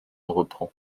reprend